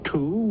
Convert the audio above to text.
Two